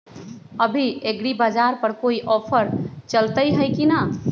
अभी एग्रीबाजार पर कोई ऑफर चलतई हई की न?